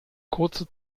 kurze